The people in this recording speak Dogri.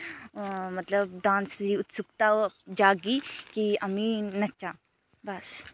मतलब डांस दी उत्सुकता ओह् जहागी कि अम्मी नच्चां बस